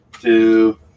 two